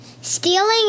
Stealing